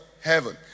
Heaven